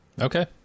okay